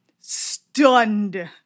stunned